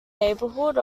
neighborhood